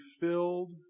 filled